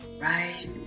right